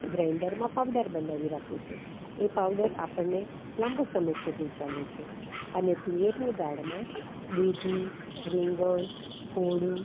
ગ્રેન્ડરમાં powder બનાવી રાખું છું એ પાવડર આપણને લાંબો સમય સુધી ચાલે છે અને તુવેરની દાળમાં દૂધી રીંગણ કોળું